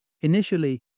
Initially